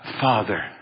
Father